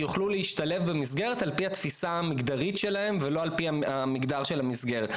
יוכלו להשתלב במסגרת על פי התפיסה המגדרית שלהם ולא על פי מגדר המסגרת.